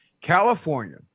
California